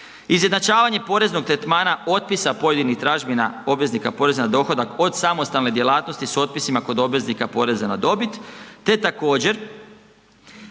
Izjednačavanje poreznog tretmana otpisa pojedinih tražbina obveznika poreza na dohodak od samostalne djelatnosti s otpisima kod obveznika poreza na dobit te također